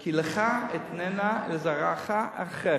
כי לך אתננה ולזרעך אחריך.